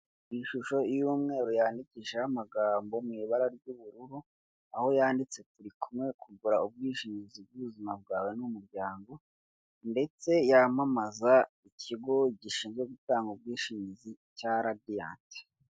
Iyi shusho y'umweru yandikishijeho amagambo mu ibara ry'ubururu, aho yanditse ''turi kumwe kugura ubwishingizi bw'ubuzima bwawe n'umuryango''; ndetse yamamaza ikigo gishinzwe gutanga ubwishingizi cya radiyanti.